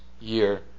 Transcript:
year